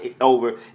over